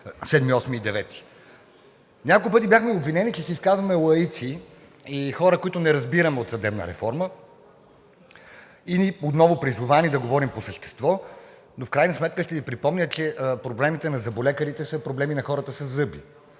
7, 8 и 9. Няколко пъти бяхме обвинени, че се изказваме лаици и хора, които не разбираме от съдебна реформа, и отново призовани да говорим по същество. В крайна сметка ще Ви припомня, че проблемите на зъболекарите са проблеми на хората със зъби,